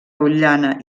rotllana